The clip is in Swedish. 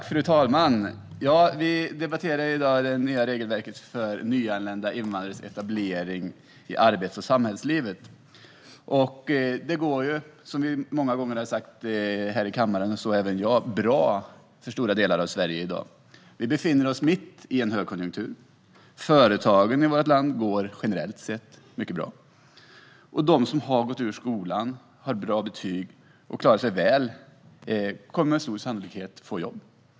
Fru talman! Vi debatterar i dag det nya regelverket för nyanlända invandrares etablering i arbets och samhällslivet. Det går bra för stora delar av Sverige i dag. Detta har sagts många gånger här i kammaren, även av mig. Vi befinner oss mitt i en högkonjunktur. Företagen i vårt land går generellt sett mycket bra. De som har gått ut skolan med bra betyg och har klarat sig väl kommer med stor sannolikhet att få jobb.